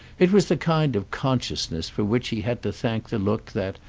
it was the kind of consciousness for which he had to thank the look that,